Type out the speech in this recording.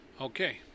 Okay